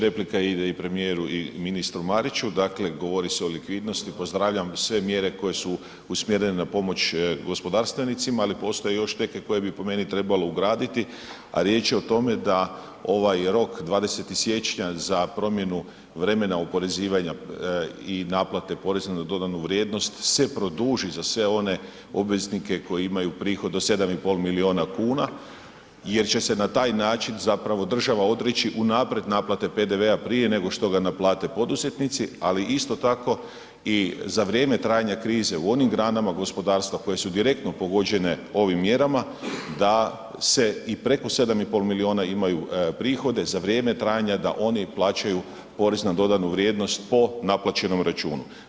Replika ide i premijeru i ministru Mariću, dakle govori se o likvidnosti pozdravljam sve mjere koje usmjerene na pomoć gospodarstvenicima, ali postoje još neke koje bi po meni trebalo ugraditi, a riječ je o tome da ovaj rok 20. siječnja za promjenu vremena oporezivanja i naplate poreza na dodanu vrijednost se produži za sve one obveznike koji imaju prihod do 7,5 milijuna kuna jer će se na taj način zapravo država odreći unaprijed naplate PDV-a prije nego što ga naplate poduzetnici, ali isto tako i za vrijeme trajanja krize u onim granama gospodarstva koje su direktno pogođene ovim mjerama da se i preko 7,5 milijuna imaju prihode za vrijeme trajanja da oni plaćaju porez na dodanu vrijednost po naplaćenom računu.